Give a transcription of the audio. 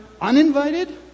uninvited